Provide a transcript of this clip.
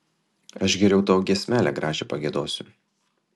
aš geriau tau giesmelę gražią pagiedosiu